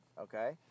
okay